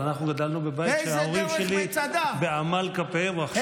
אבל אנחנו גדלנו בבית שבו ההורים שלי בעמל כפיהם רכשו.